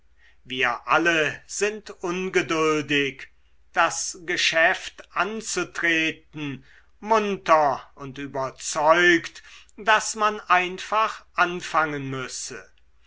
wir alle sind ungeduldig das geschäft anzutreten munter und überzeugt daß man einfach anfangen müsse